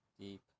Deep